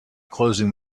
closing